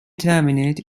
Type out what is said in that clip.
terminate